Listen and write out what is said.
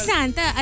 Santa